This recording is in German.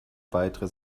weitere